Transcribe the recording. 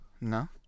No